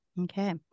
Okay